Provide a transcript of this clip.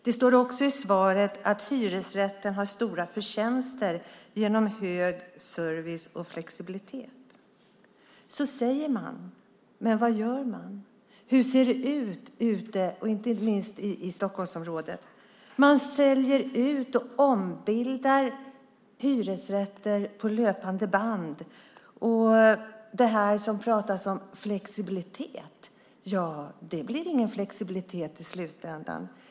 Det står också i svaret att hyresrätten har stora förtjänster genom hög service och flexibilitet. Så säger man, men vad gör man? Hur ser det ut, inte minst i Stockholmsområdet? Man säljer ut och ombildar hyresrätter på löpande band. Det pratas om flexibilitet, men det blir ingen flexibilitet i slutändan.